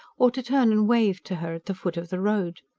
or to turn and wave to her at the foot of the road.